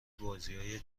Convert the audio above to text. بازیای